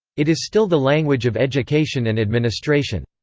it is still the language of education and administration.